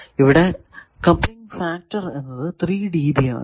ഇവിടെ coupling factor എന്നത് 3 dB ആണ്